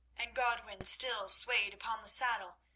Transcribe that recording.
and godwin still swayed upon the saddle,